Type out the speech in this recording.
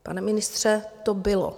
Pane ministře, to bylo.